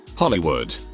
Hollywood